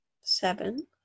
Seven